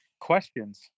questions